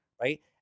right